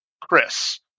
Chris